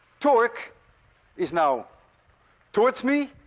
torque is now towards me.